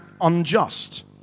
unjust